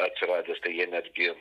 atsiradęs tai jie netgi